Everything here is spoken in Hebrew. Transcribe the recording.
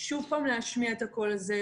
שוב להשמיע את הקול הזה.